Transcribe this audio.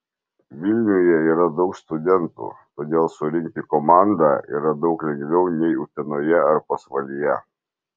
vilniuje yra daug studentų todėl surinkti komandą yra daug lengviau nei utenoje ar pasvalyje